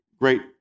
great